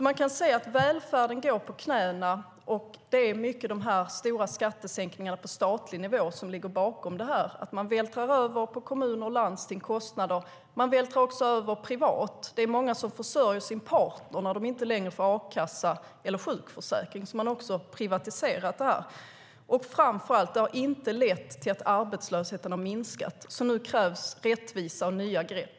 Man kan se att välfärden går på knäna, och det är i stor utsträckning de stora skattesänkningarna på statlig nivå som ligger bakom det. Man vältrar över kostnader på kommuner och landsting, och man vältrar även över kostnaderna på privatpersoner. Det är många som försörjer sin partner som inte längre får a-kassa eller sjukförsäkring. Man har alltså också privatiserat det. Framför allt har det inte lett till att arbetslösheten har minskat. Nu krävs rättvisa och nya grepp.